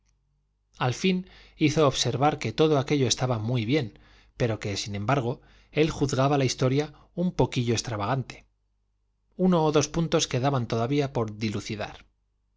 al fin hizo observar que todo aquello estaba muy bien pero que sin embargo él juzgaba la historia un poquillo extravagante uno o dos puntos quedaban todavía por dilucidar